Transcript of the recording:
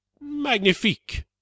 magnifique